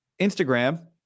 Instagram